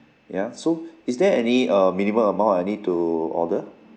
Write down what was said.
ya so is there any uh minimum amount I need to order